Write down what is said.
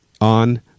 on